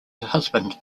husband